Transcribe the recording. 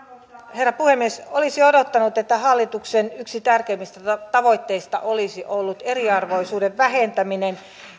herra puhemies olisi odottanut että hallituksen yksi tärkeimmistä tavoitteista olisi ollut eriarvoisuuden vähentäminen